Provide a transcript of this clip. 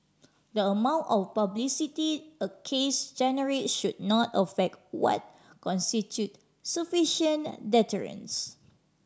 the amount of publicity a case generate should not affect what constitute sufficient deterrence